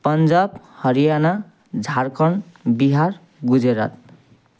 Punjab Haryana Jharkhand Bihar Gujarat